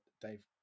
Dave